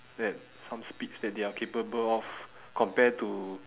at some speeds that they are capable of compared to